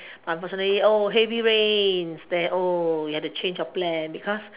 unfortunately oh heavy rains there oh you have to change your plan because